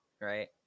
right